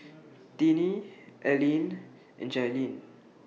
Tinie Aline and Jailene